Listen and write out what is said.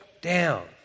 down